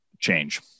change